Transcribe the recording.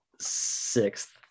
sixth